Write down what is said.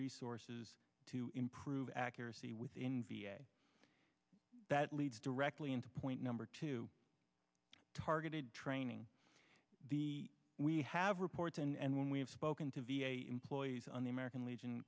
resources to improve accuracy with the n b a that leads directly into point number two targeted training the we have reports and when we have spoken to v a employees on the american legion